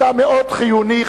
אתה מאוד חיוני,